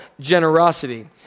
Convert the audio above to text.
generosity